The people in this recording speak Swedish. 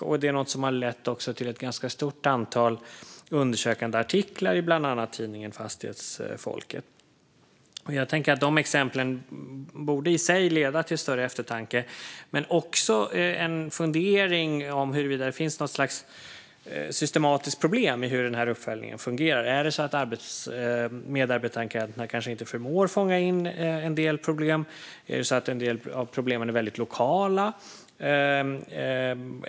Det är också något som har lett till ett ganska stort antal undersökande artiklar i bland annat tidningen Fastighetsfolket. Jag tänker att dessa exempel i sig borde leda till en större eftertanke men också till en fundering om huruvida det finns något slags systematiskt problem i hur uppföljningen fungerar. Är det så att medarbetarenkäterna kanske inte förmår fånga in en del problem? Är det så att en del av problemen är väldigt lokala?